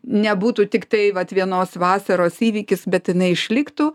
nebūtų tiktai vat vienos vasaros įvykis bet jinai išliktų